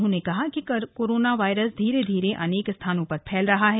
उन्होंने कहा कि कोरोना वायरस धीरे धीरे अनेक स्थानों पर फैल रहा है